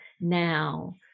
now